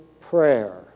prayer